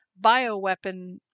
bioweapon